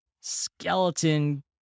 skeleton